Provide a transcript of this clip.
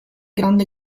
grande